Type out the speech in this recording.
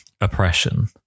oppression